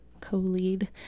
co-lead